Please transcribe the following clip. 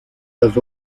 las